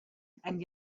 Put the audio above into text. and